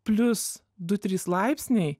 plius du trys laipsniai